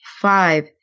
five